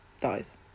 dies